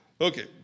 Okay